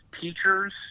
teachers